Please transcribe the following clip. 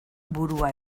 burua